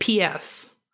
PS